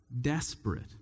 desperate